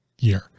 year